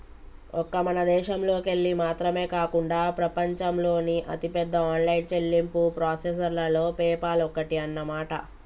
ఒక్క మన దేశంలోకెళ్ళి మాత్రమే కాకుండా ప్రపంచంలోని అతిపెద్ద ఆన్లైన్ చెల్లింపు ప్రాసెసర్లలో పేపాల్ ఒక్కటి అన్నమాట